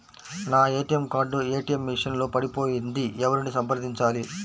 నా ATM card ATM machine లో పడిపోయింది ఎవరిని సంప్రదించాలి?